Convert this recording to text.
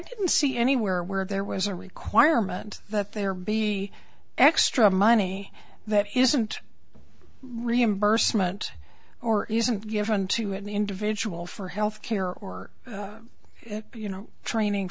didn't see anywhere where there was a requirement that there be extra money that isn't reimbursement or isn't given to an individual for health care or you know training